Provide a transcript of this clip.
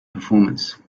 performance